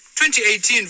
2018